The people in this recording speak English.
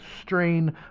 strain